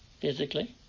physically